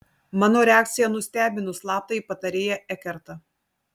mano reakcija nustebino slaptąjį patarėją ekertą